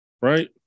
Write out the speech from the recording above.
right